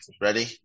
Ready